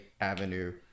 avenue